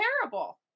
terrible